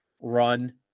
run